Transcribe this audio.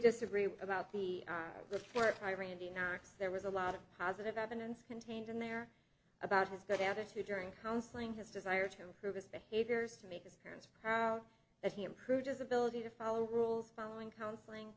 disagree about the look for my randy knox there was a lot of positive evidence contained in there about his good attitude during counseling his desire to improve his behavior to make his appearance that he improved his ability to follow rules following counseling